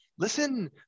Listen